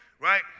right